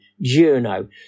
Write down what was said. Juno